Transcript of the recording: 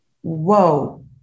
Whoa